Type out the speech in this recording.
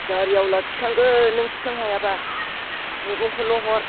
गारिआवला थिखांदो नों थिखांनो हायाबा मैगंखौल' हर